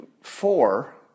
four